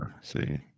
see